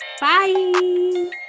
bye